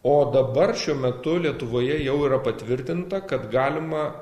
o dabar šiuo metu lietuvoje jau yra patvirtinta kad galima